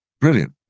brilliant